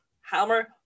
Hammer